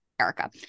Erica